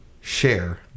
share